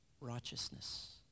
righteousness